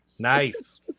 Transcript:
Nice